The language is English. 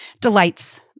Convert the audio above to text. delights